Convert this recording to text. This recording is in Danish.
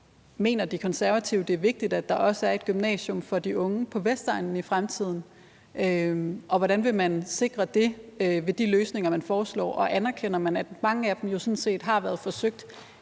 Mener De Konservative, at det er vigtigt, at der også er et gymnasium for de unge på Vestegnen i fremtiden, hvordan vil man sikre det ved de løsninger, man foreslår, og anerkender man, at mange af dem jo sådan set har været forsøgt